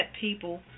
people